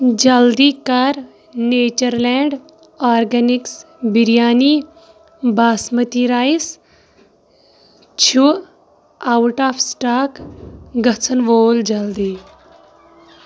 جلدی کر nature land organics biryani basmati rice چھ آوُٹ آف سٹاک گژھن وول جلدی